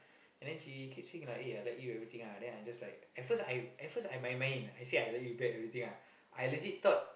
and then she keep saying like eh I like you everything ah then I just like at first I at first I in my mind I say I like you back everything ah I legit thought